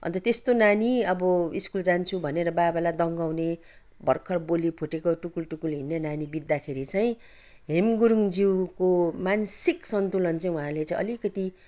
अन्त त्यस्तो नानी अब स्कुल जान्छु भनेर बाबालाई दङ्ग्याउने भर्खर बोली फुटेको टुकुल टुकुल हिड्ने नानी बित्दाखेरि चाहिँ हेम गुरुङज्यूको मानसिक सन्तुलन चाहिँ उहाँले चाहिँ अलिकति